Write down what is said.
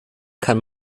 kann